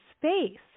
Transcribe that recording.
space